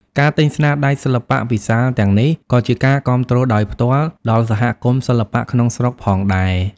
ការទិញស្នាដៃសិល្បៈពីសាលទាំងនេះក៏ជាការគាំទ្រដោយផ្ទាល់ដល់សហគមន៍សិល្បៈក្នុងស្រុកផងដែរ។